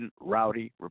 Rowdy